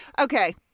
Okay